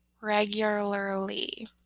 regularly